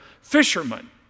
fishermen